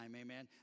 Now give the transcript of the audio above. Amen